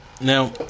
Now